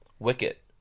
Wicket